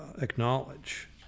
acknowledge